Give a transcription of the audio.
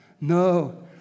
No